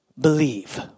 believe